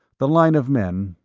the line of men,